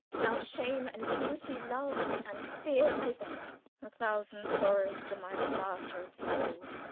now shame and duty, love and fear present a thousand sorrows to my martyr'd soul.